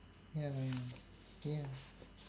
ya ya ya